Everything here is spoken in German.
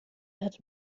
hatte